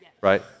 right